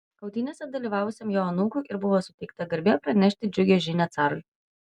kautynėse dalyvavusiam jo anūkui ir buvo suteikta garbė pranešti džiugią žinią carui